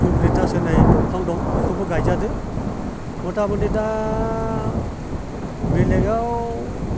eucalyptus होननाय दंफां दं बेखौबो गायजादों मथामथि दा बेलेगाव